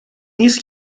نیس